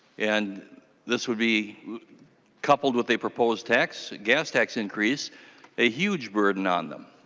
and this would be coupled with a proposed tax ga s tax increase a huge burden on them.